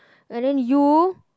and then you